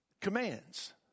commands